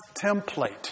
template